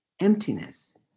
emptiness